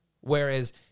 Whereas